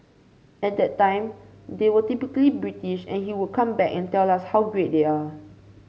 at that time they were typically British and he would come back and tell us how great they are